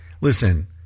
listen